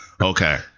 Okay